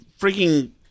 freaking